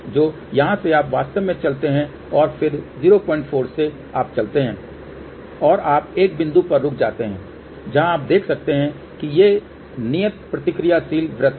तो यहाँ से आप वास्तव में चलते हैं और फिर 04 से आप चलते हैं और आप एक बिंदु पर रुक जाते हैं जहाँ आप देख सकते हैं कि ये नियत प्रतिक्रियाशील वृत्त हैं